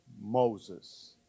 Moses